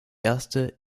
erste